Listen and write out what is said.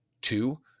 Two